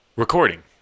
Recording